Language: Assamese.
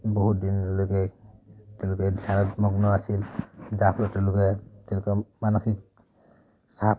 বহুত দিনলৈকে তেওঁলোকে ধ্যানমগ্ন আছিল যাৰ ফলত তেওঁলোকে তেওঁলোকৰ মানসিক চাপ